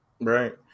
right